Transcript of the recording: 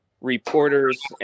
reporters